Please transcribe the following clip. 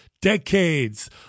decades